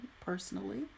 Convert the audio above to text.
personally